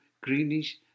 greenish